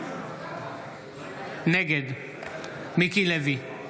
נגד מיקי לוי,